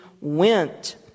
went